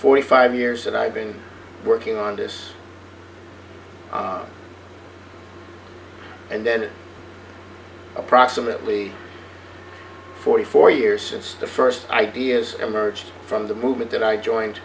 forty five years and i've been working on this and then approximately forty four years since the st ideas emerged from the movement that i joined